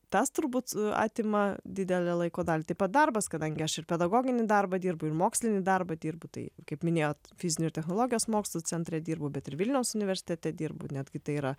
tas turbūt atima didelę laiko dalį taip pat darbas kadangi aš ir pedagoginį darbą dirbu ir mokslinį darbą dirbu tai kaip minėjot fizinių ir technologijos mokslų centre dirbu bet ir vilniaus universitete dirbu netgi tai yra